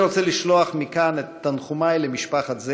אני רוצה לשלוח מכאן את תנחומיי למשפחת זאבי,